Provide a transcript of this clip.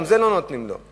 גם את זה לא נותנים לו.